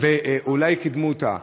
אולי קידמו אותה,